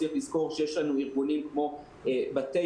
צריך לזכור שיש לנו ארגונים כמו בתי